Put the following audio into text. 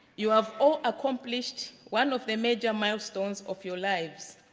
you have all accomplished one of your major milestones of your lives,